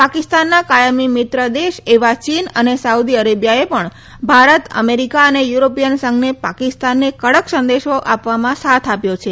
પાકિસ્તાનના કાયમી મિત્ર દેશ એવા ચીન અને સાઉદી અરેબિયાએ પણ ભારત અમેરીકા અને યુરોપીયન સંઘને પાકિસ્તાનને કડક સંદેશો આપવામાં સાથ આપ્યો છે